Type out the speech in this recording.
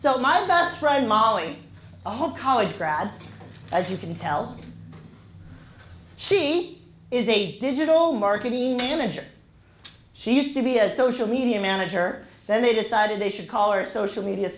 so my best friend molly i hope college grad as you can tell she is a digital marketing manager she used to be a social media manager then they decided they should call our social